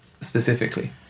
specifically